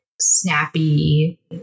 snappy